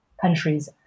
countries